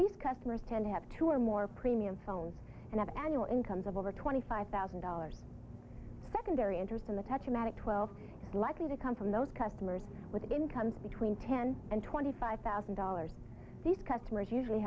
these customers tend to have two or more premium phones and have annual incomes of over twenty five thousand dollars secondary interest in the techy magic twelve likely to come from those customers with incomes between ten and twenty five thousand dollars these customers usually